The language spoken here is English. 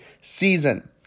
season